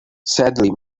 sadly